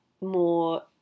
more